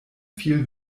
viel